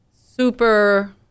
super